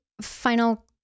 final